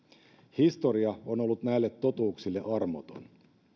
historia on ollut näille totuuksille armoton